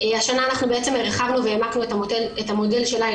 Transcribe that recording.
השנה אנחנו בעצם הרחבנו והעמקנו את המודול שלהן,